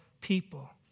people